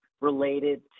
related